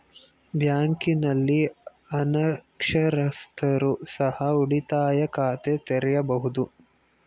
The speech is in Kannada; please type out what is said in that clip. ಬ್ಯಾಂಕಿನಲ್ಲಿ ಅನಕ್ಷರಸ್ಥರು ಸಹ ಉಳಿತಾಯ ಖಾತೆ ತೆರೆಯಬಹುದು?